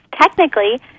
technically